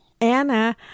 Anna